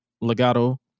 Legato